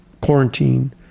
quarantine